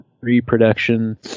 reproduction